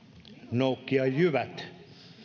noukkia jyvät